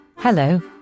Hello